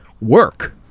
work